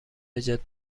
ایجاد